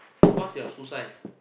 what's your shoe size